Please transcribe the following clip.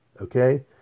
Okay